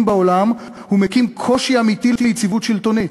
בעולם ומקים קושי אמיתי ליציבות השלטונית"